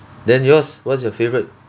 then yours what's your favourite